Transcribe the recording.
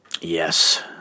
Yes